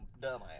dumbass